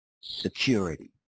security